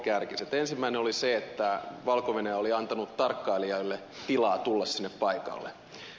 ensimmäinen oli se että valko venäjä oli antanut tarkkailijoille tilaa tulla sinne paikalle